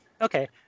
Okay